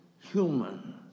human